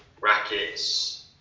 rackets